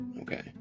Okay